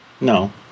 No